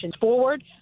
forward